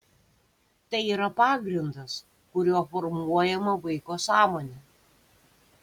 tai yra pagrindas kuriuo formuojama vaiko sąmonė